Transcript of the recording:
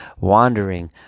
wandering